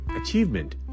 achievement